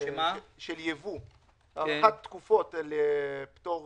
של הארכת תקופות של פטור